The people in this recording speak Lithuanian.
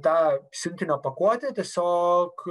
tą siuntinio pakuotę tiesiog